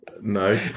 No